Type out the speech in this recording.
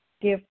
Give